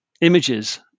images